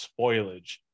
spoilage